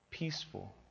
Peaceful